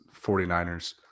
49ers